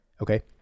Okay